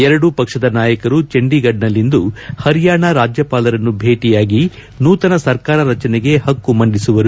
ಎರಡೂ ಪಕ್ಷದ ನಾಯಕರು ಚಂಡೀಗಢ್ನಲ್ಲಿಂದು ಪರಿಯಾಣ ರಾಜ್ಯಪಾಲರನ್ನು ಭೇಟಿಯಾಗಿ ನೂತನ ಸರ್ಕಾರ ರಚನೆಗೆ ಪಕ್ಷು ಮಂಡಿಸುವರು